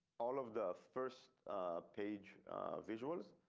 all of the first page visuals,